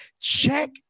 Check